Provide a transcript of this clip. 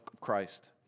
Christ